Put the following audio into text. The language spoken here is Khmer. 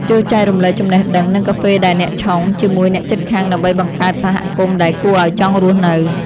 ចូរចែករំលែកចំណេះដឹង និងកាហ្វេដែលអ្នកឆុង ជាមួយអ្នកជិតខាងដើម្បីបង្កើតសហគមន៍ដែលគួរឱ្យចង់រស់នៅ។